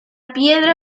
piedra